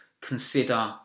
consider